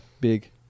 big